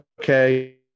okay